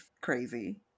crazy